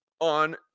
on